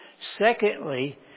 Secondly